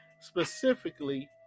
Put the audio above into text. Specifically